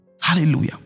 hallelujah